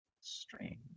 Strange